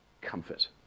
comfort